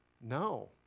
No